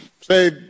say